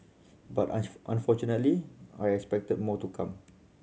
but unfortunately I expect more to come